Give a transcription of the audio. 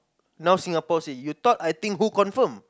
now Singapore say you thought I think who confirm